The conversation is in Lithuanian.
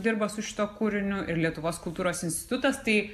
dirba su šituo kūriniu ir lietuvos kultūros institutas tai